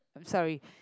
sorry